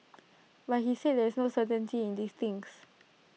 but he said there is no certainty in these things